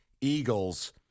Eagles